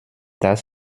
das